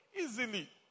easily